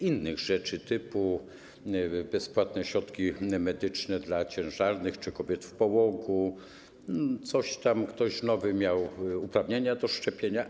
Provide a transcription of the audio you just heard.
innych rzeczy, typu: bezpłatne środki medyczne dla ciężarnych czy kobiet w połogu, ktoś nowy miał uprawnienia do szczepienia.